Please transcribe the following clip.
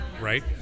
right